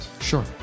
Sure